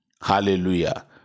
hallelujah